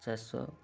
ସାତଶହ